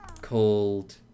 called